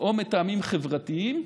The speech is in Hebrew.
או מטעמים חברתיים,